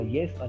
Yes